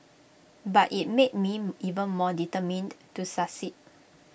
but IT made me even more determined to succeed